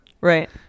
Right